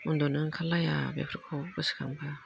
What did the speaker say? उन्दुनो ओंखारलाया बेफोरखौ गोसो खांबा